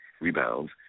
rebounds